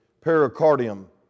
pericardium